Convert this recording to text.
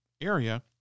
area